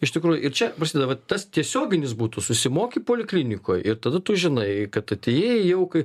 iš tikrųjų ir čia prasideda vat tas tiesioginis būtų susimoki poliklinikoj ir tada tu žinai kad atėjai jau kaip